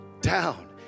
down